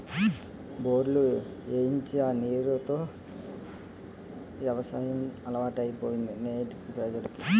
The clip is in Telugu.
బోర్లు ఏయించి ఆ నీరు తో యవసాయం అలవాటైపోయింది నేటి ప్రజలకి